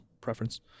preference